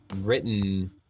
written